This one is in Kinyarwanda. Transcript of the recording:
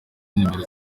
numero